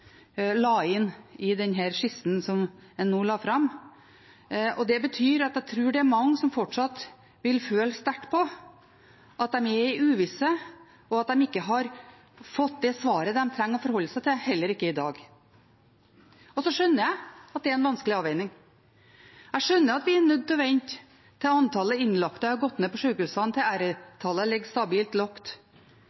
inn i den skissen som en nå la fram. Det betyr at jeg tror det er mange som fortsatt vil føle sterkt på at de er i uvisse, og at de heller ikke i dag har fått det svaret de trenger å forholde seg til. Jeg skjønner at det er en vanskelig avveining. Jeg skjønner at vi er nødt til å vente til antallet innlagte har gått ned på sykehusene, til